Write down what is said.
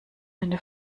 eine